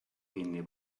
kinni